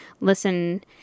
listen